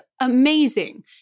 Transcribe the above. amazing